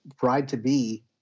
bride-to-be